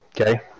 Okay